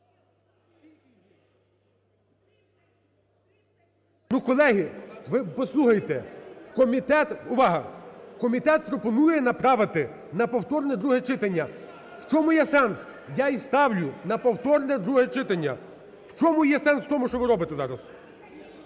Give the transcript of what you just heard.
комітет... Увага! Комітет пропонує направити на повторне друге читання, в чому є сенс. Я і ставлю на повторне друге читання. В чому є сенс, в тому, що ви робите зараз?